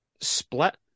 split